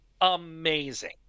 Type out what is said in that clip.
amazing